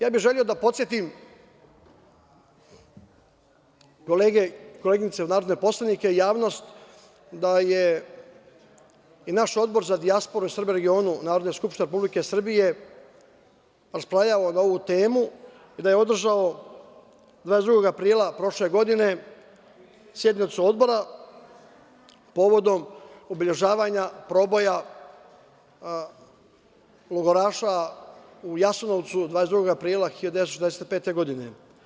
Ja bi želeo da podsetim kolege i koleginice narodne poslanike i javnost da je i naš Odbor za dijasporu i Srbe u regionu Narodne skupštine Republike Srbije raspravljao na ovu temu i da je održao 22. aprila prošle godine sednicu Odbora povodom obeležavanja proboja logoraša u Jasenovcu 22. aprila 1945. godine.